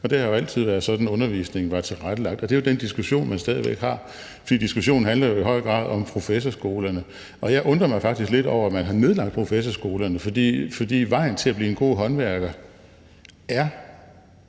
Det har jo altid været sådan undervisning var tilrettelagt. Det er den diskussion, man stadig væk har, for diskussionen handler jo i høj grad om professorskolerne. Jeg undrer mig faktisk lidt over, at man har nedlagt professorskolerne, for vejen til at blive en god håndværker er